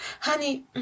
honey